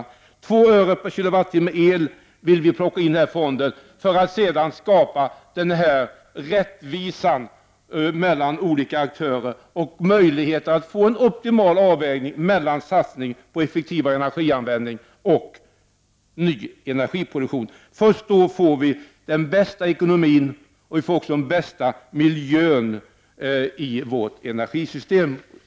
Två öre per kWh el vill vi satsa i fonden för att vi sedan skall kunna skapa rättvisa mellan olika aktörer och skapa möjligheter till en optimal avvägning mellan satsning på effektivare energianvändning och ny energiproduktion. Först då får vi den bästa ekonomin, och vi får också den bästa miljön i vårt energisystem.